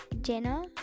jenna